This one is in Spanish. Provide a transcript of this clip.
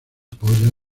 apoya